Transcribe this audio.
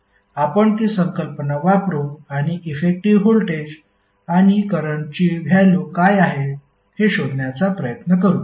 आपण ती संकल्पना वापरु आणि इफेक्टिव्ह व्होल्टेज आणि करंटची व्हॅल्यु काय आहे हे शोधण्याचा प्रयत्न करू